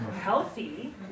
healthy